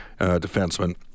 defenseman